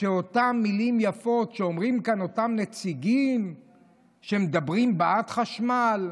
את אותן מילים יפות שאומרים כאן אותם נציגים שמדברים בעד חשמל,